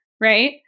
right